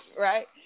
right